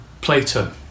Plato